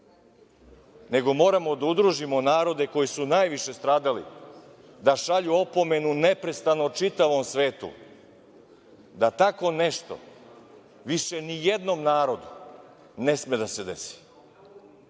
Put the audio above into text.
decenija. Moramo da udružimo narode koji su najviše stradali da šalju opomenu neprestano čitavom svetu da tako nešto više ni jednom narodu više ne sme da se desi. Imamo